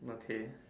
okay